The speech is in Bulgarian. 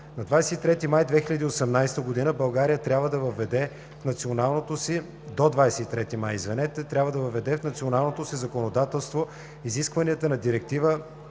До 23 май 2018 г. България трябва да въведе в националното си законодателство изискванията на Директива